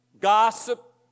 gossip